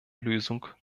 lösung